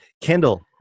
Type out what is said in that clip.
Kendall